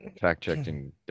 fact-checking